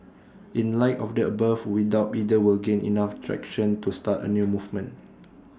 in light of the above we doubt either will gain enough traction to start A new movement